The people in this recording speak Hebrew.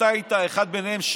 ואתה היית אחד מביניהם.